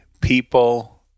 people